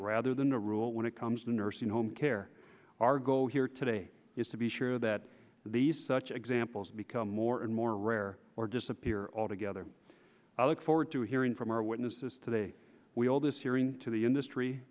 rather than the rule when it comes to nursing home care our goal here today is to be sure that these such examples become more and more rare or disappear altogether i look forward to hearing from our witnesses today we all this hearing to the industry